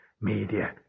media